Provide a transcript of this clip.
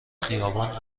خیابون